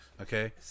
Okay